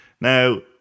now